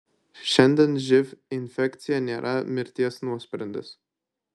šiandien živ infekcija nėra mirties nuosprendis